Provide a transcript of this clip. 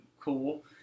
cool